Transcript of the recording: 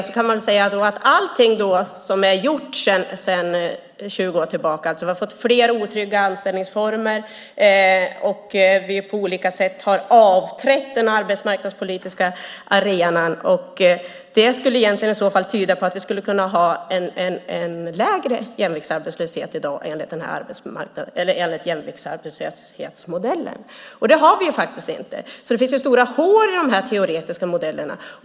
Då kan man säga att allting som hänt sedan 20 år tillbaka, att vi har fått fler otrygga anställningsformer och på olika sätt har avträtt den arbetsmarknadspolitiska arenan, egentligen skulle kunna tyda på att vi skulle kunna ha en lägre jämviktsarbetslöshet i dag enligt jämviktsarbetslöshetsmodellen. Men det har vi faktiskt inte. Det finns alltså stora hål i de här teoretiska modellerna.